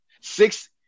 six